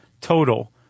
total